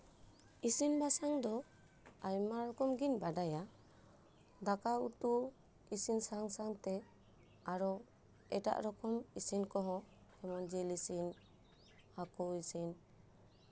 ᱤᱥᱤᱱ ᱵᱟᱥᱟᱝ ᱫᱚ ᱟᱭᱢᱟ ᱨᱚᱠᱚᱢ ᱜᱤᱧ ᱵᱟᱰᱟᱭᱟ ᱫᱟᱠᱟ ᱩᱛᱩ ᱤᱥᱤᱱ ᱥᱟᱶᱼᱥᱟᱶᱛᱮ ᱟᱨᱚ ᱮᱴᱟᱜ ᱨᱚᱠᱚᱢ ᱤᱥᱤᱱ ᱠᱚᱦᱚᱸ ᱡᱮᱢᱚᱱ ᱡᱤᱞ ᱤᱥᱤᱱ ᱦᱟᱹᱠᱩ ᱤᱥᱤᱱ